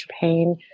pain